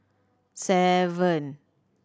seven